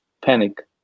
panic